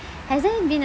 has there been a